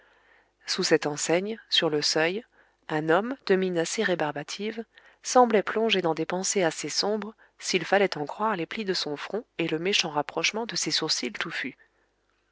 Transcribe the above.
sous cette enseigne sur le seuil un homme de mine assez rébarbative semblait plongé dans des pensées assez sombres s'il fallait en croire les plis de son front et le méchant rapprochement de ses sourcils touffus